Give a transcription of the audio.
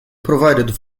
provided